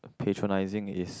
patronizing is